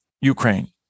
Ukraine